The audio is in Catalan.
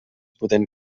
potent